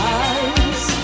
eyes